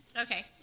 Okay